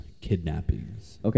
kidnappings